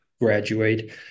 graduate